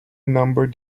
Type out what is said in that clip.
number